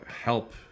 help